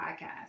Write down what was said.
podcast